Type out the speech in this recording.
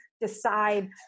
decide